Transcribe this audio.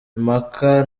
impaka